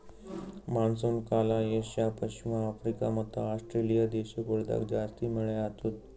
monsoon ಕಾಲ Asia, ಪಶ್ಚಿಮ Africa ಮತ್ತ ಆಸ್ಟ್ರೇಲಿಯಾ ದೇಶಗೊಳ್ದಾಗ್ ಜಾಸ್ತಿ ಮಳೆ ಆತ್ತುದ್